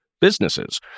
businesses